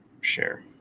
Share